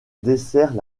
dessert